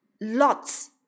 lots